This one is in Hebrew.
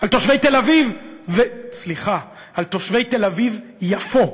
על תושבי תל-אביב, סליחה, על תושבי תל-אביב יפו,